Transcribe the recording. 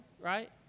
right